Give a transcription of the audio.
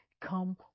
come